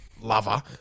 lover